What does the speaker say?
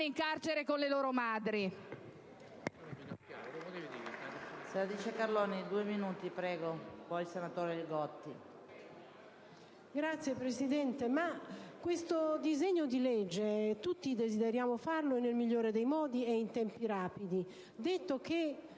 in carcere con le loro madri!